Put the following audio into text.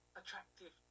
attractive